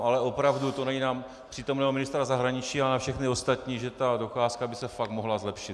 Ale opravdu to není na přítomného ministra zahraničí, ale na všechny ostatní, že ta docházka by se fakt mohla zlepšit.